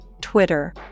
Twitter